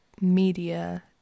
media